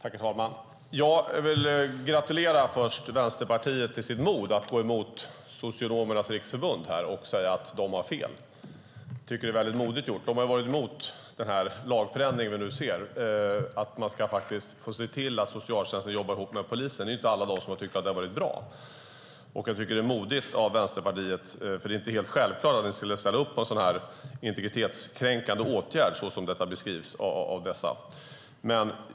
Herr talman! Först vill jag gratulera Vänsterpartiet till modet att gå emot Socionomernas Riksförbund och säga att de har fel. Jag tycker att det är mycket modigt gjort. De har varit emot den lagförändring vi nu ser om att man ska se till att socialtjänsten jobbar ihop med polisen. Det är inte alla de som har tyckt att det har varit bra. Jag tycker att det är modigt av Vänsterpartiet, för det var inte helt självklart att ni skulle ställa upp på en sådan, som de beskriver den, integritetskränkande åtgärd.